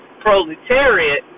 proletariat